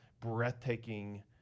breathtaking